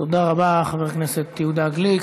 תודה רבה, חבר הכנסת יהודה גליק.